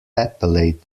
appellate